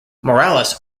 morales